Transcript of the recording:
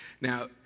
Now